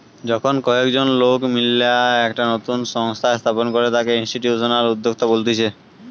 যখন কয়েকজন লোক মিললা একটা নতুন সংস্থা স্থাপন করে তাকে ইনস্টিটিউশনাল উদ্যোক্তা বলতিছে